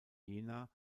jena